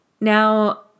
Now